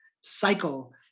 cycle